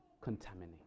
contaminate